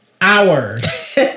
hours